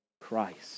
Christ